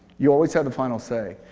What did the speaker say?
you always have the final say.